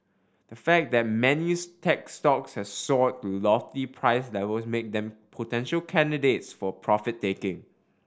the fact that tech stocks have soared to lofty price levels make them potential candidates for profit taking